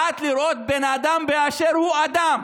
בעד לראות בן אדם באשר הוא אדם,